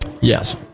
Yes